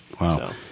Wow